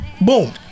Boom